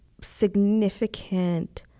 significant